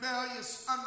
rebellious